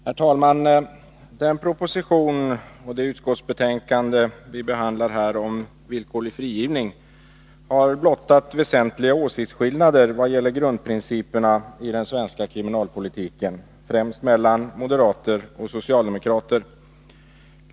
Herr talman! Den proposition och det utskottsbetänkande vi behandlar här om villkorlig frigivning har blottat väsentliga åsiktsskillnader vad gäller grundprinciperna i den svenska kriminalpolitiken, främst mellan moderater och socialdemokrater.